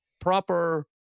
proper